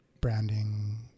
branding